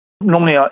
Normally